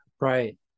Right